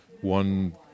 one